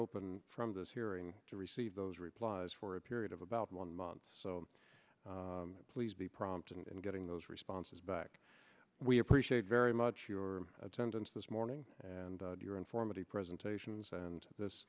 open from those hearing to receive those replies for a period of about one month so please be prompt and getting those responses back we appreciate very much your attendance this morning and your informative presentations and this